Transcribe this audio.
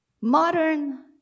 modern